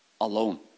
alone